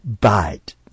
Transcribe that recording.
bite